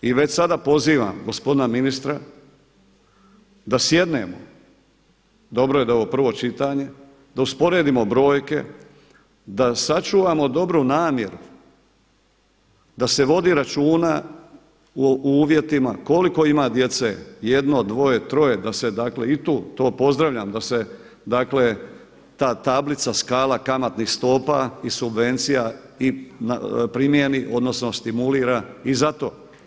I već sada pozivam gospodina ministra, da sjednemo, dobro je da je ovo prvo čitanje, da usporedimo brojke, da sačuvamo dobru namjeru da se vodi računa u uvjetima koliko ima djece jedno, dvoje, troje, da se dakle i tu, to pozdravljam da se, dakle ta tablica, skala kamatnih stopa i subvencija i primijeni, odnosno stimulira i za to.